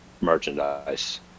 merchandise